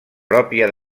pròpia